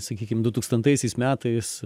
sakykim dutūkstantaisiais metais